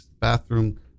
bathroom